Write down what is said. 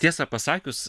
tiesą pasakius